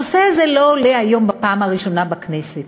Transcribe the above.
הנושא הזה לא עולה היום בפעם הראשונה בכנסת.